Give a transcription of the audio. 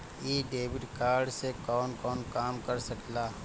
इ debit card से कवन कवन काम कर सकिला?